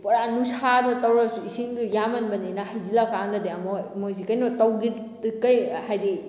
ꯄꯨꯔꯥ ꯅꯨꯡꯁꯥꯗ ꯇꯧꯔꯁꯨ ꯏꯁꯤꯡꯗꯣ ꯌꯥꯝꯃꯟꯕꯅꯤꯅ ꯍꯩꯖꯤꯟꯂꯀꯥꯟꯗꯗꯤ ꯑꯃꯨꯛ ꯃꯣꯏꯁꯦ ꯀꯩꯅꯣ ꯀꯩ ꯍꯥꯏꯗꯤ